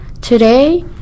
Today